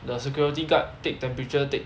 the security guard take temperature